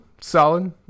solid